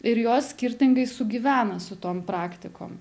ir jos skirtingai sugyvena su tom praktikom